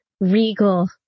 regal